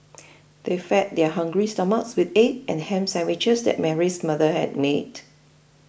they fed their hungry stomachs with egg and ham sandwiches that Mary's mother had made